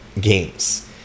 games